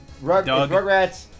Rugrats